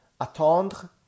attendre